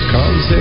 Cause